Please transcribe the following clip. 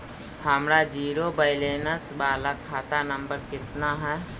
हमर zero balance बाला खाता नम्बर कितना है?